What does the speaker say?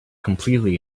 completely